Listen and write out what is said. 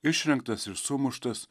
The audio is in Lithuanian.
išrengtas ir sumuštas